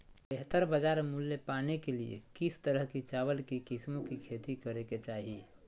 बेहतर बाजार मूल्य पाने के लिए किस तरह की चावल की किस्मों की खेती करे के चाहि?